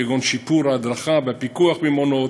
כגון שיפור ההדרכה והפיקוח במעונות,